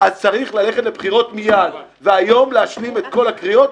אז צריך ללכת לבחירות מיד והיום להשלים את כל הקריאות.